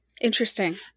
interesting